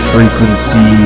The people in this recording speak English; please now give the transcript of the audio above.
Frequency